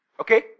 Okay